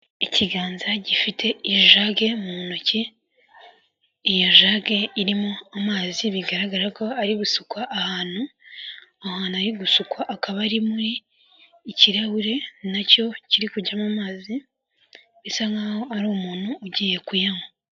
Ikiganza gifite ijage mu ntoki, iyo jage irimo amazi, bigaragara ko ari gusukwa ahantu, aho hantu ari gusukwa akaba ari muri ikirahure, na cyo kiri kujyamo amazi, bisa nkaho ari umuntu ugiye kuyanywa.